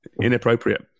inappropriate